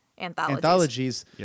anthologies